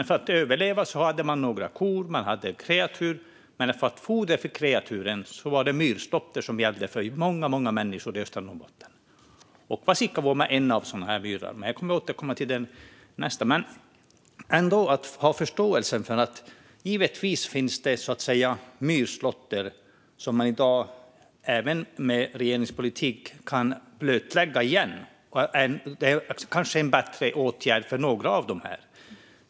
För att överleva hade man några kreatur, och för att få foder till kreaturen var det myrslåtter som gällde för många människor i östra Norrbotten. Vasikkavuoma var en av dessa myrar; jag återkommer till den i nästa inlägg. Det finns givetvis i dag myrar där myrslåtter bedrivits som man, även med regeringens politik, kan blötlägga igen. Det kanske är en bättre åtgärd för några av dem.